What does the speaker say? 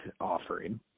offering